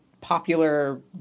popular